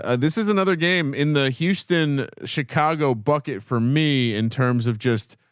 and this is another game in the houston chicago bucket for me in terms of just,